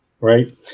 right